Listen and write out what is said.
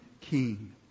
King